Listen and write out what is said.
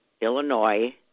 Illinois